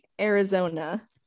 arizona